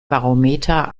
barometer